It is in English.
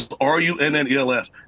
R-U-N-N-E-L-S